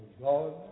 God